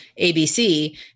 ABC